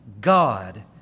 God